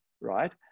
right